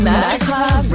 Masterclass